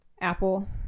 Apple